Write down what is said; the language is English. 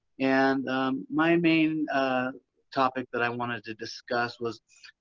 and my main topic that i wanted to discuss was,